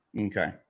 Okay